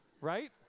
right